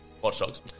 Watchdogs